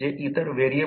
तर 100 जे 1000 0